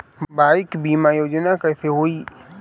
Bike बीमा योजना कैसे होई?